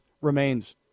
remains